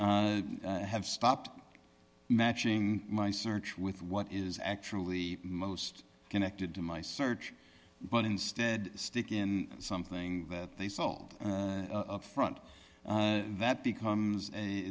i have stopped matching my search with what is actually most connected to my search but instead stick in something that they solve up front that becomes a